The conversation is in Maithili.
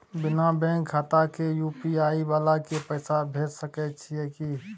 बिना बैंक खाता के यु.पी.आई वाला के पैसा भेज सकै छिए की?